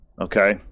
okay